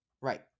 Right